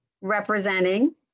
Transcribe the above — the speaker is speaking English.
representing